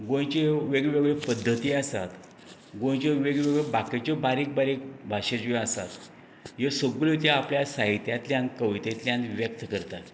गोंयच्यो वेगवेगळ्यो पद्धती आसात गोंयच्यो वेगवेगळ्यो बाकीच्यो बारीक बारीक भाशा ज्यो आसात ह्यो सगल्यो ज्यो आपल्या साहित्यांतल्यान कवितेंतल्यान व्यक्त करतात